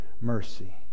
mercy